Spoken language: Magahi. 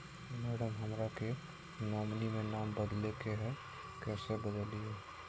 मैडम, हमरा के नॉमिनी में नाम बदले के हैं, कैसे बदलिए